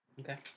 Okay